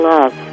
Love